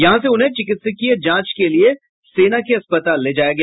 यहां से उन्हें चिकित्सीय जांच के लिए सेना के अस्पताल ले जाया गया